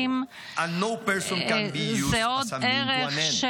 לכל אדם יש ערך.